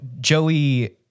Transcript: Joey